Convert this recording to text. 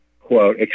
quote